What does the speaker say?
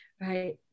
Right